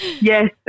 Yes